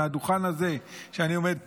מהדוכן הזה שאני עומד בו,